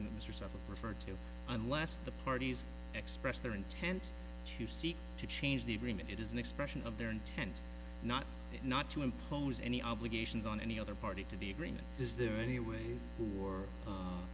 yourself referred to unless the parties express their intent to seek to change the agreement it is an expression of their intent not not to impose any obligations on any other party to be green is there anyone who or